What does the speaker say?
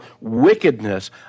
wickedness